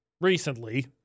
recently